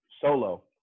Solo